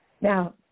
Now